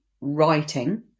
writing